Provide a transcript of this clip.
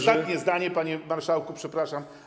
Ostatnie zdanie, panie marszałku, przepraszam.